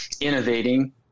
innovating